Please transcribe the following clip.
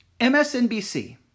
MSNBC